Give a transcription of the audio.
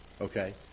Okay